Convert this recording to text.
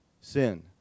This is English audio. sin